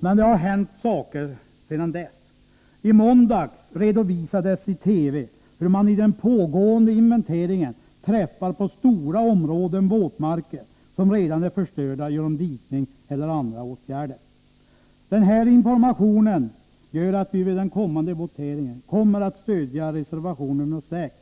Men det har hänt saker sedan dess. I måndags redovisades i TV hur man vid den pågående inventeringen träffar på stora områden våtmarker som redan är förstörda genom dikning eller andra åtgärder. Den här informationen gör att vi vid den kommande voteringen kommer att stödja reservation 6,